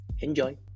Enjoy